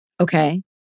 Okay